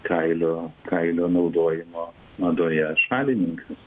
kailio kailio naudojimo madoje šalininkas